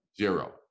zero